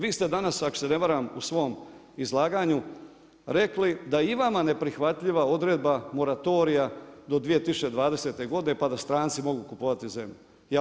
Vi ste danas ako se ne varam, u svom izlaganju rekli da i vama je neprihvatljiva odredba moratorija do 2020. godine pa da stranci mogu kupovati zemlju.